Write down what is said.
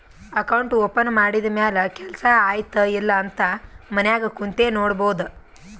account open ಮಾಡಿದ ಮ್ಯಾಲ ಕೆಲ್ಸಾ ಆಯ್ತ ಇಲ್ಲ ಅಂತ ಮನ್ಯಾಗ್ ಕುಂತೆ ನೋಡ್ಬೋದ್